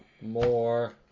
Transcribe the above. more